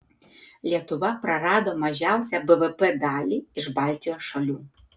lietuva prarado mažiausią bvp dalį iš baltijos šalių